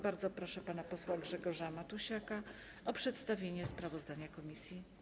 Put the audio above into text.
Bardzo proszę pana posła Grzegorza Matusiaka o przedstawienie sprawozdania komisji.